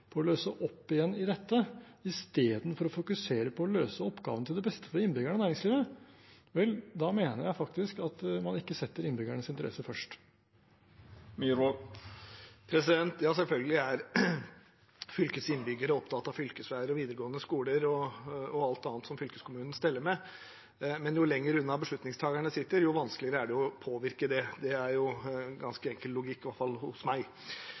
å løse opp igjen i dette istedenfor å fokusere på å løse oppgavene til beste for innbyggerne og næringslivet – vel, da mener jeg faktisk at man ikke setter innbyggernes interesser først. Selvfølgelig er fylkets innbyggere opptatt av fylkesveier og videregående skoler og alt annet som fylkeskommunen steller med, men jo lenger unna beslutningstakerne sitter, jo vanskeligere er det å påvirke dem. Det er jo ganske enkel logikk, i hvert fall hos meg.